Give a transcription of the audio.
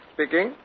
Speaking